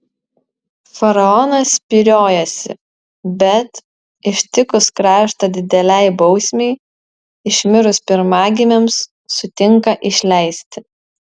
faraonas spyriojasi bet ištikus kraštą didelei bausmei išmirus pirmagimiams sutinka išleisti